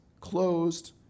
closed